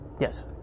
Yes